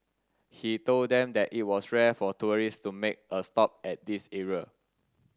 he told them that it was rare for tourists to make a stop at this area